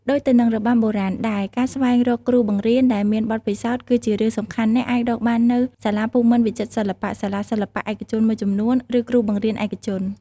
ដូចទៅនឹងរបាំបុរាណដែរ ការស្វែងរកគ្រូបង្រៀនដែលមានបទពិសោធន៍គឺជារឿងសំខាន់ អ្នកអាចរកបាននៅ សាលាភូមិន្ទវិចិត្រសិល្បៈ សាលាសិល្បៈឯកជនមួយចំនួន ឬគ្រូបង្រៀនឯកជន។